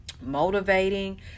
motivating